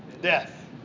Death